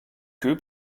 queue